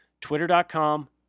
Twitter.com